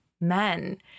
men